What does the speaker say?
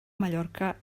mallorca